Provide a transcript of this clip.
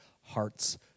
hearts